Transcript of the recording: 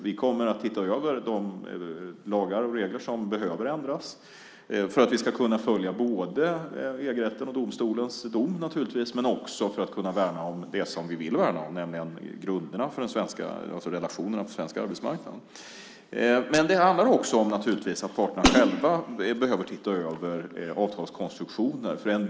Vi kommer att titta över de lagar och regler som behöver ändras både för att vi ska kunna följa EG-rätten och domstolens dom och för att vi ska kunna värna om det som vi vill värna om, nämligen grunderna för relationerna på svensk arbetsmarknad. Men det handlar naturligtvis också om att parterna själva behöver titta över avtalskonstruktioner.